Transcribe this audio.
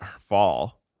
fall